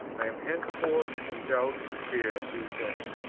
i am henceforth in doubt and fear, he says,